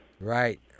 Right